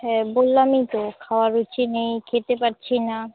হ্যাঁ বললামই তো খাওয়ার রুচি নেই খেতে পারছি না